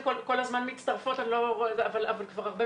בארצות הברית יש כבר הרבה